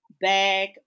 bag